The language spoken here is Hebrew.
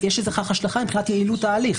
ויש לכך השלכה מבחינת יעילות ההליך.